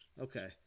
Okay